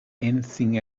anything